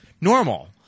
normal